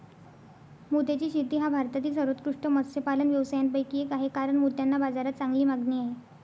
मोत्याची शेती हा भारतातील सर्वोत्कृष्ट मत्स्यपालन व्यवसायांपैकी एक आहे कारण मोत्यांना बाजारात चांगली मागणी आहे